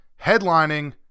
headlining